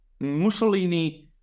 Mussolini